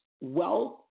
wealth